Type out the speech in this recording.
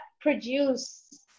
produce